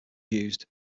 used